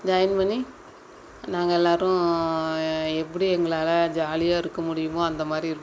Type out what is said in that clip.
join பண்ணி நாங்கள் எல்லோரும் எப்படி எங்களால் ஜாலியாக இருக்க முடியுமோ அந்த மாதிரி இருப்போம்